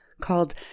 called